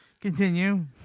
Continue